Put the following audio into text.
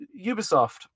ubisoft